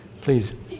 Please